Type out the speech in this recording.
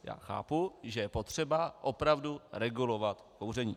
Já chápu, že je potřeba opravdu regulovat kouření.